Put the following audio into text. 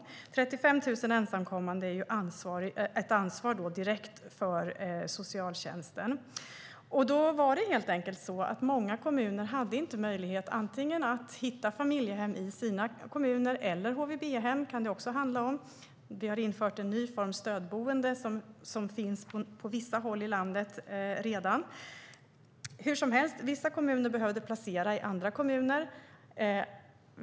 För de 35 000 ensamkommande hade socialtjänsten det direkta ansvaret, och då var det helt enkelt så att många kommuner inte hade möjlighet att hitta familjehem i sina kommuner. HVB kan det också handla om. Vi har infört en ny form, stödboende, som redan finns på vissa håll i landet. Hur som helst behövde vissa kommuner placera i andra kommuner.